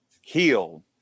heal